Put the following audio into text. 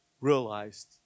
realized